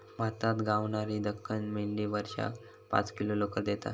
भारतात गावणारी दख्खनी मेंढी वर्षाक पाच किलो लोकर देता